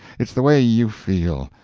it's the way you feel,